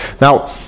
Now